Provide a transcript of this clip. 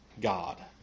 God